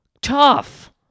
Tough